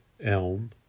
elm